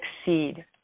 succeed